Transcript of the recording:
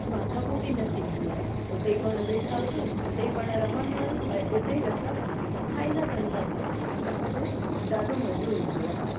माथा कुटी न थींदी आहे हुते ई पाण वेठा हुजूं हुते ई पाण रमंदा आहियूं ऐं हुते ई असां खाईंदा पीअंदा बि आहियूं त असांखे ॾाढो मज़ो ईंदो आहे